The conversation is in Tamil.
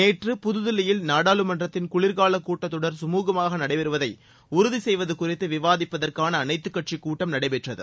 நேற்று புதுதில்லியில் நாடாளுமன்றத்தின் குளிர்கால கூட்டத்தொடர் சுமூகமாக நடைபெறுவதை உறுதி செய்வது குறித்து விவாதிப்பதற்கான அனைத்துக் கட்சி கூட்டம் நடைபெற்றது